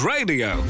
Radio